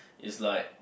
is like